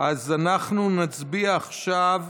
כל ההסתייגויות חוץ